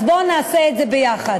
אז בואו נעשה את זה ביחד.